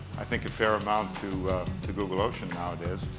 i think, a fair amount to to google ocean nowadays,